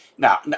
Now